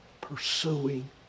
pursuing